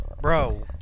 Bro